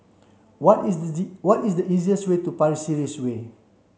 what is what is the easiest way to Pasir Ris Way